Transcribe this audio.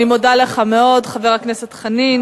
אני מודה לך מאוד, חבר הכנסת חנין.